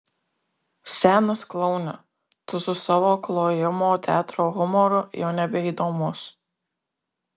senas kloune tu su savo klojimo teatro humoru jau nebeįdomus